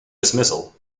dismissal